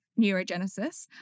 neurogenesis